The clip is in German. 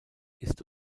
ist